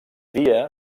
dia